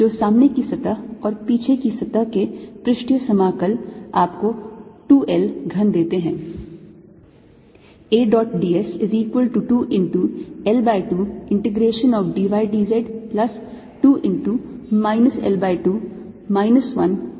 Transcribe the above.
तो सामने की सतह और पीछे की सतह के पृष्ठीय समाकल आपको 2 L घन देते हैं